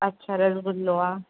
अच्छा रस्गुल्लो आहे